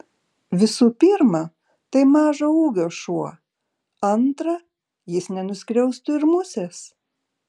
visų pirma tai mažo ūgio šuo antra jis nenuskriaustų ir musės